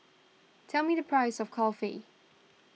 tell me the price of Kulfi